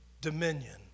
dominion